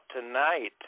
tonight